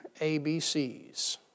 ABCs